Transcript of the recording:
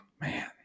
Man